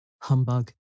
humbug